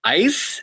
ice